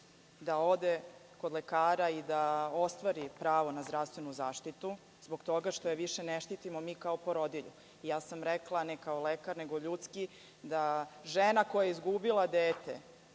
da ode kod lekara i da ostvari pravo na zdravstvenu zaštitu zbog toga što je više ne štitimo kao porodilju. Dakle, rekla sam, ne kao lekar, nego ljudski, da ženi koja je izgubila dete